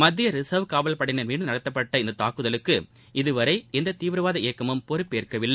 மத்திய ரிசர்வ் காவல்படையினர் மீது நடத்தப்பட்ட இந்த தாக்குதலுக்கு இதுவரை எந்த தீவிரவாத இயக்கமும் பொறுப்பேற்கவில்லை